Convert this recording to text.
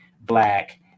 black